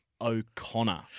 O'Connor